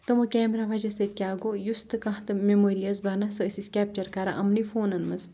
تِمو کیمرہ وَجہ سۭتۍ کیاہ گوٚو یُس تہِ کانٛہہ تہِ میٚموری ٲس بَنان سۄ ٲس أسۍ کیٚپچَر کَران أمنٕے فونن منز